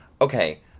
okay